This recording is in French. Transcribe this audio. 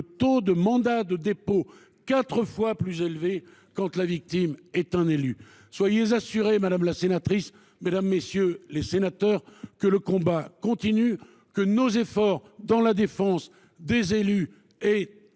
d’un mandat de dépôt quatre fois plus élevé, lorsque la victime est un élu. Soyez assurée, Madame la sénatrice, Mesdames, Messieurs les sénateurs, que le combat continue et que notre engagement dans la défense des élus est